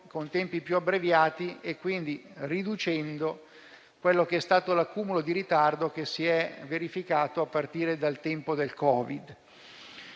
con tempi più abbreviati e quindi riducendo l'accumulo di ritardo che si è verificato a partire dal tempo del Covid.